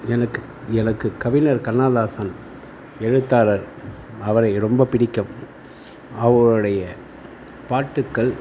எனக்கு எனக்கு கவிஞர் கண்ணதாசன் எழுத்தாளர் அவரை ரொம்ப பிடிக்கும் அவருடைய பாட்டுக்கள்